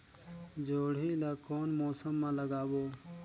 जोणी ला कोन मौसम मा लगाबो?